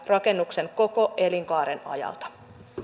rakennuksen koko elinkaaren ajalta